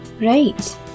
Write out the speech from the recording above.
right